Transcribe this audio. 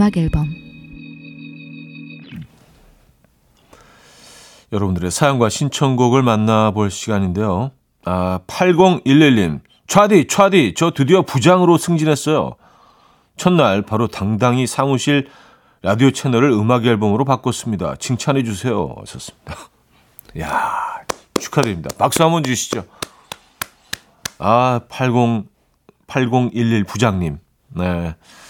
음악 앨범. 여러분들의 사연과 신청곡을 만나볼 시간인데요. 아, 8011님. 차디, 차디, 저 드디어 부장으로 승진했어요. 첫날 바로 당당히 사무실 라디오 채널을 음악 앨범으로 바꿨습니다. 칭찬해주세요. 좋습니다. 야, 축하드립니다. 박수 한번 주시죠. 아, 팔공- 8011 부장님. 네.